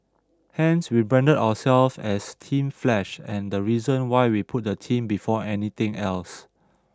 hence we branded ourselves as Team Flash and the reason why we put the team before anything else